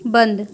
بند